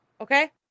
Okay